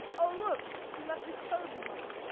oh look, he left his toad behind.